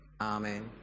Amen